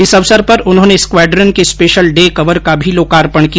इस अवसर पर उन्होंने स्क्वाड्रन के स्पेशल डे कवर का भी लोकार्पण किया